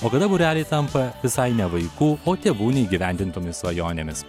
o kada būreliai tampa visai ne vaikų o tėvų neįgyvendintomis svajonėmis